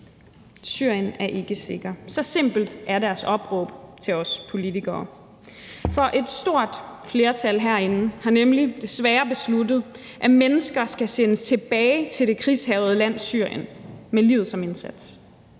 Syrien er ikke sikker, så simpelt er deres opråb til os politikere, for et stort flertal herinde har nemlig desværre besluttet, at mennesker med livet som indsats skal sendes tilbage til det krigshærgede land Syrien; at Danmark